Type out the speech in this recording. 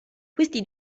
questi